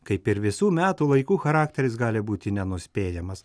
kaip ir visų metų laiku charakteris gali būti nenuspėjamas